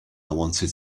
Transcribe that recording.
wanted